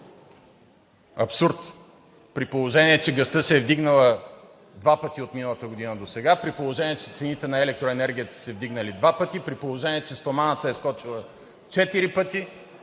абсурд! При положение че газта се е вдигнала два пъти от миналата година досега, при положение че цените на електроенергията са се вдигнали два пъти, при положение че стоманата е скочила четири пъти